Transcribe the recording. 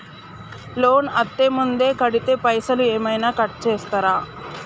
Loan అత్తే ముందే కడితే పైసలు ఏమైనా కట్ చేస్తరా?